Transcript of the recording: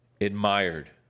admired